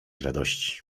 radości